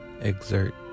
exert